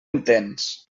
entens